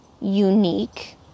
unique